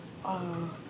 uh